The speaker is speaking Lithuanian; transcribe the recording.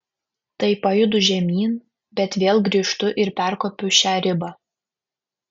tai pajudu žemyn bet vėl grįžtu ir perkopiu šią ribą